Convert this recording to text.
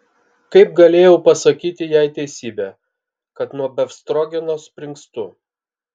kaip galėjau pasakyti jai teisybę kad nuo befstrogeno springstu